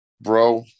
bro